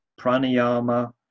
pranayama